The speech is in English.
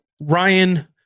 ryan